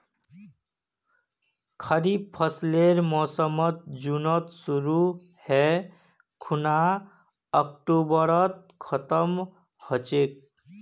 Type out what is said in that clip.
खरीफ फसलेर मोसम जुनत शुरु है खूना अक्टूबरत खत्म ह छेक